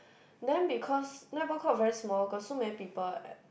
then because netball court very small got so many people at